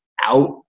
out